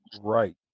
Right